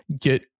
get